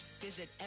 Visit